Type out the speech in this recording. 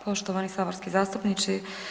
Poštovani saborski zastupnici.